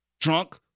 drunk